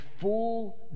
full